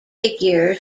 figure